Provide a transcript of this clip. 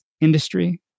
industry